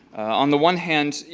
on the one hand,